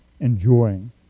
enjoying